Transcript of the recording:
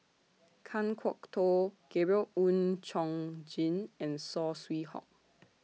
Kan Kwok Toh Gabriel Oon Chong Jin and Saw Swee Hock